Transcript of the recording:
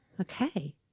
Okay